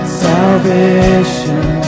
salvation